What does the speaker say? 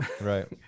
Right